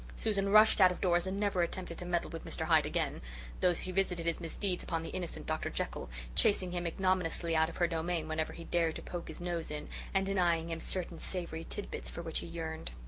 susan rushed out of doors and never attempted to meddle with mr. hyde again though she visited his misdeeds upon the innocent dr. jekyll, chasing him ignominiously out of her domain whenever he dared to poke his nose in and denying him certain savoury tidbits for which he yearned.